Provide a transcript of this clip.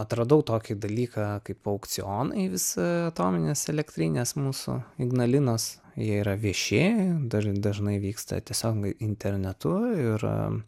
atradau tokį dalyką kaip aukcionai vis atominės elektrinės mūsų ignalinos jie yra vieši dar dažnai vyksta tiesiog internetu ir